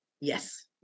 Yes